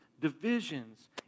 divisions